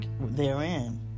therein